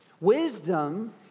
Wisdom